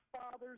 father's